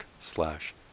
slash